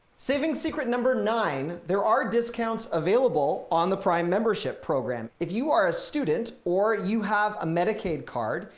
saving secret number nine, there are discounts available on the prime membership program. if you are a student or you have a medicaid card,